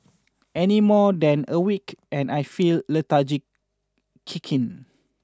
any more than a week and I feel lethargy kick in